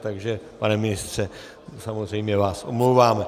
Takže pane ministře, samozřejmě vás omlouváme.